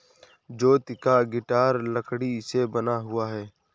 ज्योति का गिटार लकड़ी से बना हुआ है